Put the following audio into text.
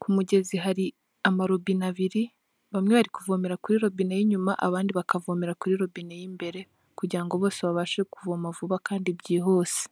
ku mugezi hari amarobine abiri bamwe bari kuvomera kuri robine y'inyuma, abandi bakavomera kuri robine y'imbere, kugira ngo bose babashe kuvoma vuba kandi byihuse.